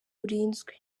urinzwe